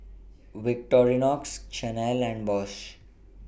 Victorinox Chanel and Bosch